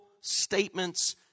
Statements